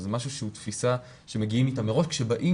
זה משהו שהוא תפיסה שמגיעים איתה מראש כשבאים